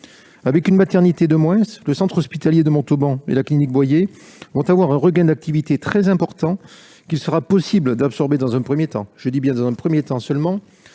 Avec une maternité de moins, le centre hospitalier de Montauban et la clinique Boyé connaîtront un regain d'activité très important, qu'il sera possible d'absorber dans un premier temps, mais dans un premier temps seulement,